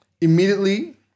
Immediately